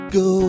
go